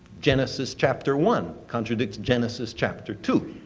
genesis chapter one contradicts genesis chapter two,